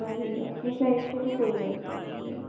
वही अपनी सैड से तो कोई ग़लती नहीं है